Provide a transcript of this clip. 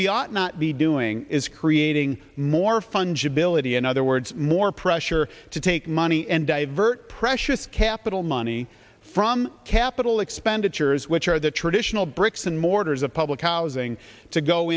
ought not be doing is creating more fungibility in other words more pressure to take money and divert precious capital money from capital expenditures which are the traditional bricks and mortars of public housing to go